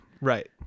right